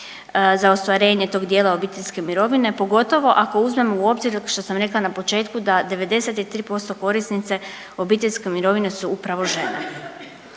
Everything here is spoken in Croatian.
za ostvarenje tog dijela obiteljske mirovine, pogotovo ako uzmemo u obzir što sam rekla na početku da 93% korisnice obiteljske mirovine su upravo žene.